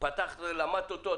למדת אותו.